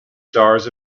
stars